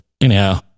anyhow